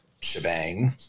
shebang